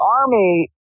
Army